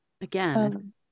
Again